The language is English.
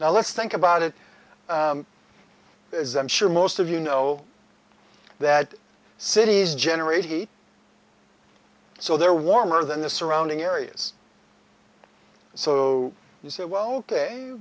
now let's think about it i'm sure most of you know that cities generate heat so they're warmer than the surrounding areas so you say well ok